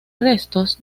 restos